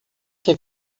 que